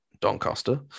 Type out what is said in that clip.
Doncaster